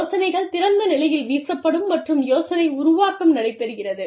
யோசனைகள் திறந்த நிலையில் வீசப்படும் மற்றும் யோசனை உருவாக்கம் நடைபெறுகிறது